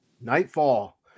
Nightfall